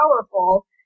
powerful